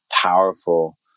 powerful